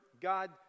God